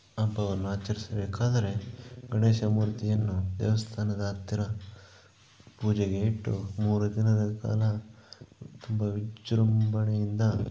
ಹಬ್ಬವನ್ನ ಆಚರಿಸಬೇಕಾದರೆ ಗಣೇಶ ಮೂರ್ತಿಯನ್ನು ದೇವಸ್ಥಾನದ ಹತ್ತಿರ ಪೂಜೆಗೆ ಇಟ್ಟು ಮೂರು ದಿನದ ಕಾಲ ತುಂಬ ವಿಜೃಂಭಣೆಯಿಂದ